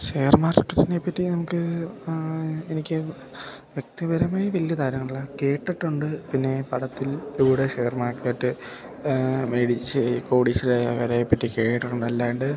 share മാർക്കറ്റിനെ പറ്റി നമുക്ക് ആ എനിക്ക് വ്യക്തിപരമായി വ ധാരണയില്ല കേട്ടിട്ടുണ്ട് പിന്നെ പടത്തിലൂടെ ഷെയർ മാർക്കറ്റ് മേടിച്ച് കോടീശ്വരായവരെ പറ്റി കേട്ടിട്ടുണ്ടല്ലാണ്ട്